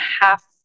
half